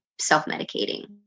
self-medicating